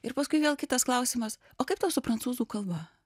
ir paskui vėl kitas klausimas o kaip tau su prancūzų kalba